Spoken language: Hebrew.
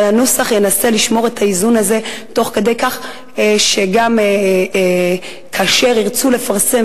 אבל הנוסח ינסה לשמור את האיזון הזה כך שגם כאשר ירצו לפרסם